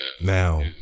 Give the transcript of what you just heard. now